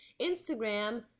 Instagram